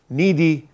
needy